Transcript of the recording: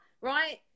right